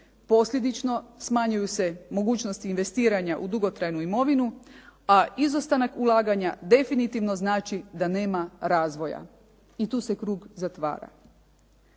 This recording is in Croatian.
posljedično smanjuju se mogućnosti investiranja u dugotrajnu imovinu, a izostanak ulaganja definitivno znači da nema razvoja, i tu se krug zatvara.